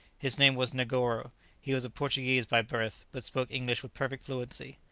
his name was negoro he was a portuguese by birth, but spoke english with perfect fluency.